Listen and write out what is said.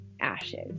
ashes